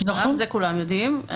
זה כולם יודעים,